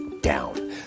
down